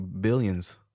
billions